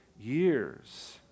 years